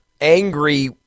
angry